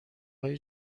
های